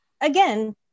again